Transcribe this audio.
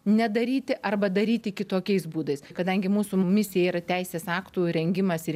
nedaryti arba daryti kitokiais būdais kadangi mūsų misija yra teisės aktų rengimas ir